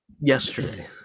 yesterday